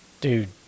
Dude